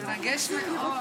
תן להם.